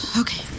Okay